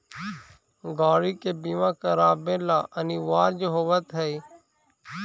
गाड़ि के बीमा करावे ला अनिवार्य होवऽ हई